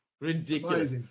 Ridiculous